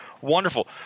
wonderful